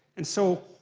and so,